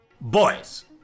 Boys